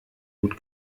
gut